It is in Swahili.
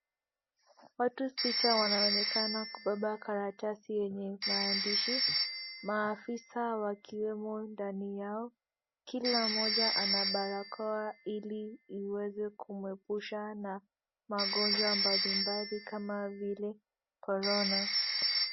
Watu sita wanaonekana kubeba karatasi yenye maandishi maafisa wakiwemo ndani yao kila mmoja ana barokoa ili iweze kumwepusha na magonjwa mbalimbali kama vile korona.